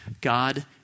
God